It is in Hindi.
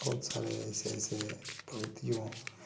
बहुत सारे ऐस ऐसे प्रवृत्तियों